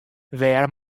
wêr